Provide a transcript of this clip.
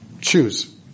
choose